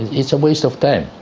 it's a waste of time.